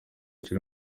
kiri